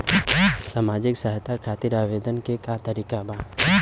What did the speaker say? सामाजिक सहायता खातिर आवेदन के का तरीका बा?